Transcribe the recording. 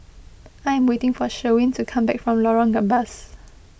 I am waiting for Sherwin to come back from Lorong Gambas